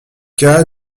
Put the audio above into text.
cas